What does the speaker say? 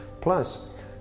Plus